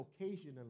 occasionally